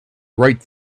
right